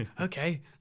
okay